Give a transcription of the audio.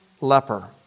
leper